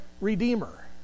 Redeemer